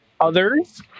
Others